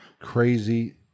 crazy